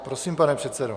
Prosím, pane předsedo.